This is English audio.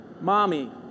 Mommy